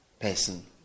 person